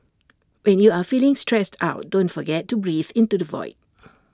when you are feeling stressed out don't forget to breathe into the void